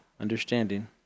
understanding